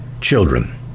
children